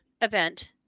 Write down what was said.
event